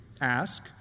Ask